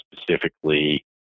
specifically